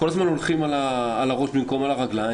כל הזמן הולכים על הראש במקום על הרגליים